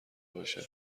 باشه